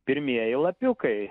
pirmieji lapiukai